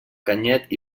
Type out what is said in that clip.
canyet